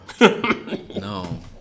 No